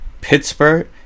Pittsburgh